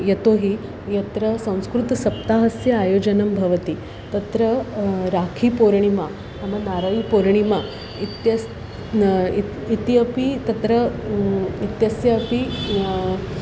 यतोहि यत्र संस्कृतसप्ताहस्य आयोजनं भवति तत्र राखीपूर्णिमा नाम नारयिपूर्णिमा इत्यस्य इति इत्यपि तत्र इत्यस्य अपि